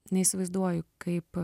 neįsivaizduoju kaip